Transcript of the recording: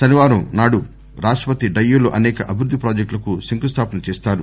శనివారం నాడు రాష్టపతి డయ్యూలో అనేక అభివృద్ది ప్రాజెక్టులకు శంఖుస్వాపన చేస్తారు